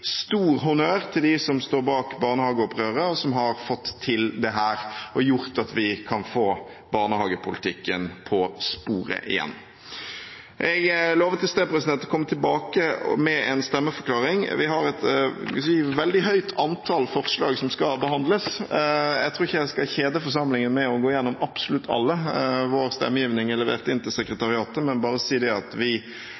stor honnør til dem som står bak barnehageopprøret, og som har fått til dette og gjort at vi kan få barnehagepolitikken på sporet igjen. Jeg lovet i sted å komme tilbake med en stemmeforklaring. Vi har et veldig høyt antall forslag som skal behandles. Jeg tror ikke jeg skal kjede forsamlingen med å gå igjennom absolutt alle, vår stemmegivning er levert inn til